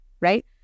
right